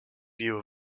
view